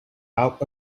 out